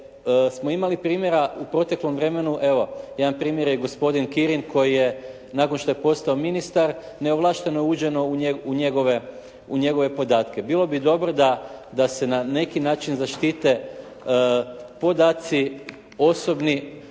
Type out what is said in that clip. smo imali primjera, u proteklom vremenu, evo jedan primjer je i gospodin Kirin koji je nakon što je postao ministar, neovlašteno je uđeno u njegove podatke, bilo bi dobro da se na neki način zaštite podaci, osobni